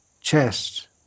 chest